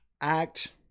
act